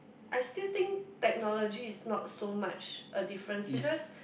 I still think technology is not so much a difference because